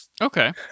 Okay